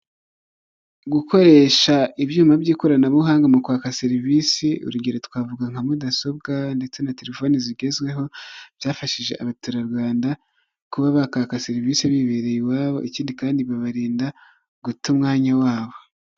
Gukoresha ibyuma by'ikoranabuhanga mu kwaka serivisi urugero twavuga nka mudasobwa ndetse na telefoni zigezweho, byafashije abaturarwanda kuba bakaka serivisi bibereye iwabo, ikindi kandi babarinda guta umwanya wabo.